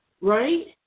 right